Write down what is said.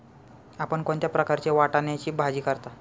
आपण कोणत्या प्रकारे वाटाण्याची भाजी करता?